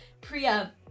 Priya